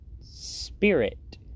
spirit